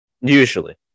Usually